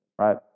right